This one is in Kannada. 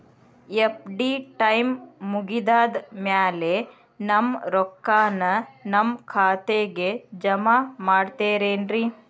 ಎಫ್.ಡಿ ಟೈಮ್ ಮುಗಿದಾದ್ ಮ್ಯಾಲೆ ನಮ್ ರೊಕ್ಕಾನ ನಮ್ ಖಾತೆಗೆ ಜಮಾ ಮಾಡ್ತೇರೆನ್ರಿ?